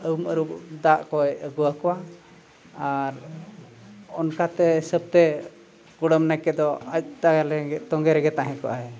ᱩᱢ ᱟᱹᱨᱩᱵ ᱫᱟᱜ ᱠᱚᱭ ᱟᱹᱜᱩᱣᱟᱠᱚᱣᱟ ᱟᱨ ᱚᱱᱠᱟᱛᱮ ᱦᱤᱥᱟᱹᱵᱛᱮ ᱠᱩᱰᱟᱹᱢ ᱱᱟᱭᱠᱮ ᱫᱚ ᱟᱡ ᱛᱳᱸᱜᱮ ᱨᱮᱜᱮᱭ ᱛᱟᱦᱮᱸ ᱠᱚᱜᱼᱟ